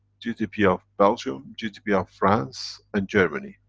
gdp of belgium, gdp of france and germany.